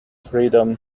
freedom